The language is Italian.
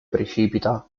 precipita